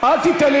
על כל המשתמע